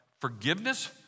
forgiveness